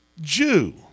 Jew